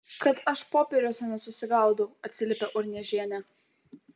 kad aš popieriuose nesusigaudau atsiliepė urniežienė